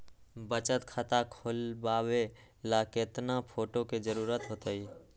बचत खाता खोलबाबे ला केतना फोटो के जरूरत होतई?